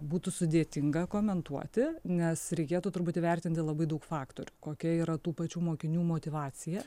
būtų sudėtinga komentuoti nes reikėtų turbūt įvertinti labai daug faktorių kokia yra tų pačių mokinių motyvacija